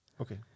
Okay